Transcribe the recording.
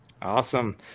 Awesome